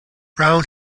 brown